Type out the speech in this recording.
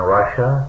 Russia